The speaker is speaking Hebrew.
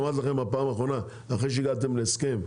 ואמרתי לכם בפעם האחרונה אחרי שהגעתם להסכם,